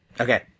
Okay